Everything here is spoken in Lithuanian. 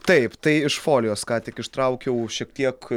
taip tai iš folijos ką tik ištraukiau šiek tiek